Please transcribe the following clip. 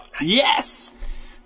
Yes